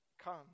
come